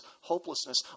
hopelessness